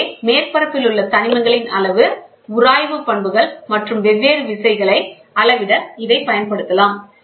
எனவே மேற்பரப்பிலுள்ள தனிமங்களின் அளவு உராய்வு பண்புகள் மற்றும் வெவ்வேறு விசைகளை அளவிட இதைப் பயன்படுத்தலாம்